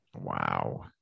Wow